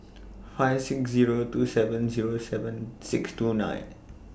five six Zero two seven Zero seven six two nine